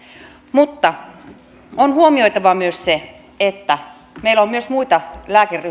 mutta on huomioitava myös se että meillä on myös muita